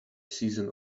season